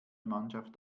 mannschaft